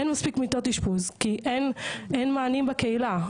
אין מספיק מיטות אשפוז כי אין מענים בקהילה.